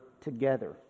together